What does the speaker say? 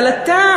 אבל אתה,